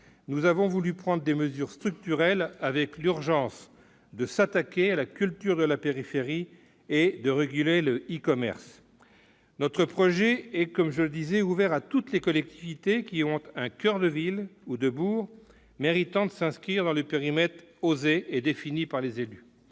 nous avons voulu prendre des mesures structurelles, avec l'urgence de s'attaquer à la culture de la périphérie et de réguler le e-commerce. Notre projet est ouvert à toutes les collectivités qui ont un coeur de ville ou de bourg méritant de s'inscrire dans un périmètre « OSER », ou